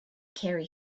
carry